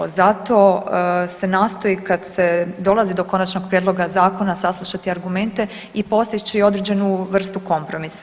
Zato se nastoji kada se dolazi do Konačnog prijedloga zakona saslušati argumente i postići određenu vrstu kompromisa.